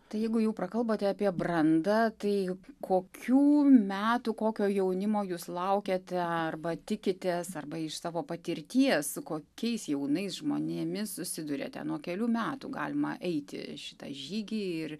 tai jeigu jau prakalbote apie brandą tai kokių metų kokio jaunimo jūs laukiate arba tikitės arba iš savo patirties su kokiais jaunais žmonėmis susiduriate nuo kelių metų galima eiti šitą žygį ir